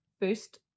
boost